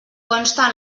consta